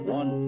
one